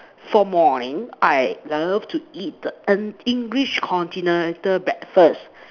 for morning I love to eat the en English continental breakfast